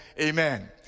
amen